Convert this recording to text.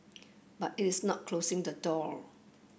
but it is not closing the door